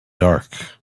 dark